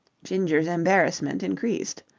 ginger's embarrassment increased.